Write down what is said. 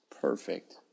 Perfect